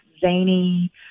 zany